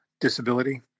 disability